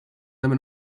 their